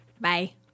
Bye